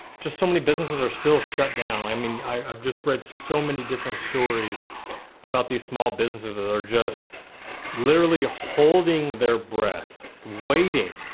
just so many businesses are still shut down. i mean i've just read so many different stories about these small businesses that are just literally holding their breath, waiting,